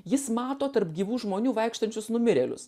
jis mato tarp gyvų žmonių vaikštančius numirėlius